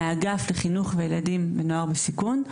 מהאגף לחינוך ילדים ונוער בסיכון,